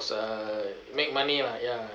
uh make money lah ya